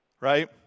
right